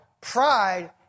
Pride